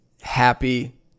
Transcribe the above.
happy